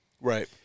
Right